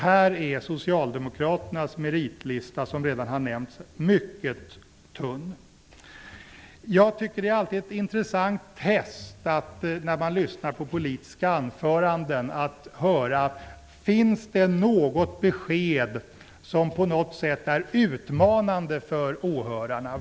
Här är Socialdemokraternas meritlista som redan har nämnts mycket tunn. När man lyssnar på politiska anföranden är det alltid ett intressant test att höra efter om det finns något besked som på något sätt är utmanande för åhörarna.